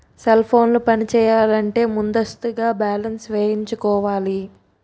cell ఫోన్లు పనిచేయాలంటే ముందస్తుగా బ్యాలెన్స్ వేయించుకోవాలి